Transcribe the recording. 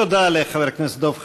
תודה לחבר הכנסת דב חנין.